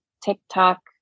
TikTok